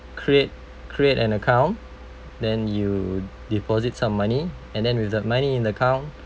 create create an account then you deposit some money and then with the money in account